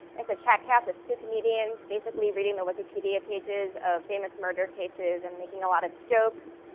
it's a chat cast of two comedians, basically reading the wikipedia pages of famous murder cases and making a lot of jokes.